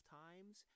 times